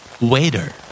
Waiter